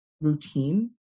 routine